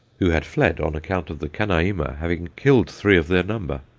who had fled on account of the kanaima having killed three of their number.